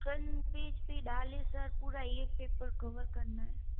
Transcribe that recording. front page पे डालें sir पूरा एक पेपर कवर करना है